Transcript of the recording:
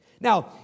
Now